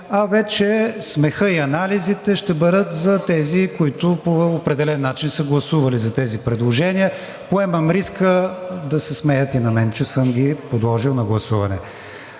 а вече смехът и анализите ще бъдат за тези, които по определен начин са гласували за тези предложения. Поемам риска да се смеят и на мен, че съм ги подложил на гласуване.